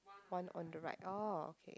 one on the right orh okay